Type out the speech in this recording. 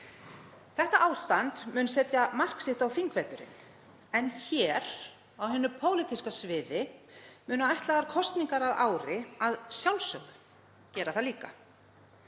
Þetta ástand mun setja mark sitt á þingveturinn en hér, á hinu pólitíska sviði, munu áætlaðar kosningar að ári að sjálfsögðu gera það líka.